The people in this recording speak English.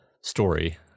story